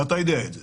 ואתה יודע את זה.